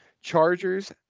Chargers